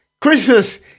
Christmas